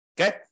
okay